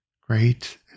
great